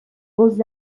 beaux